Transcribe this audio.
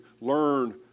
learn